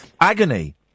Agony